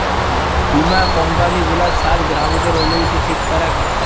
বীমা কম্পালি গুলার সাথ গ্রাহকদের অলুইটি ঠিক ক্যরাক হ্যয়